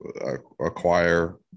acquire